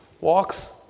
walks